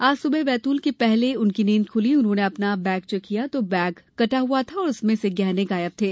आज सुबह बैतूल के पहले उनकी नींद खुली उन्होंने अपना बैग चैक किया तो बैग कटा हुआ था और उसमें से गहने गायब थे